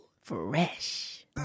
Fresh